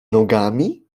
nogami